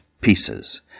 pieces